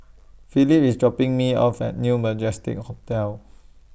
Phillip IS dropping Me off At New Majestic Hotel